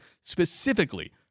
specifically